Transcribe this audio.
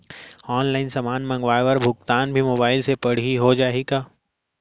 Online समान मंगवाय बर भुगतान भी मोबाइल से पड़ही हो जाही का?